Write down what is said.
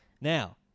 Now